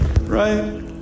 Right